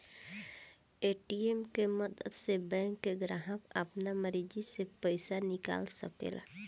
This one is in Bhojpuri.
ए.टी.एम के मदद से बैंक के ग्राहक आपना मर्जी से पइसा निकाल सकेला